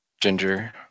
ginger